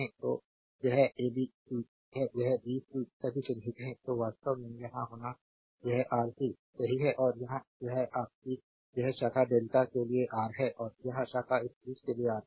तो यह A B C है या बी सी सभी चिह्नित हैं तो वास्तव में यहां होना यह आर सी सही है और यहां यह आपकी यह शाखा डेल्टा के लिए रा है और यह शाखा इस चीज के लिए आरबी है